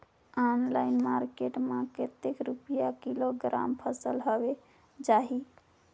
Online market मां कतेक रुपिया किलोग्राम फसल हवे जाही?